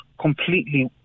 completely